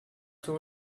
too